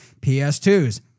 PS2s